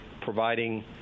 providing